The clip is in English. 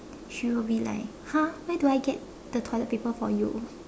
she will be like !huh! where do I get the toilet paper for you